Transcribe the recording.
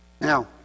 Now